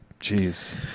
Jeez